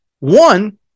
One